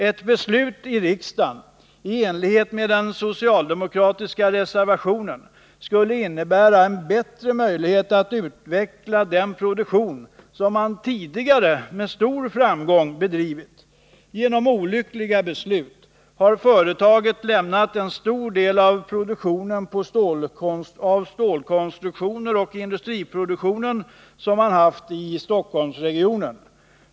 Ett beslut i riksdagen i enlighet med den socialdemokratiska reservationen 4 skulle innebära att Finnboda får en bättre möjlighet att utveckla den produktion som varvet tidigare med stor framgång bedrivit. Genom olyckliga beslut har företaget mist en stor del av den produktion av stålkonstruktioner och den industriproduktion som det haft i Stockholmsregionen.